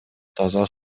таза